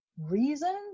reason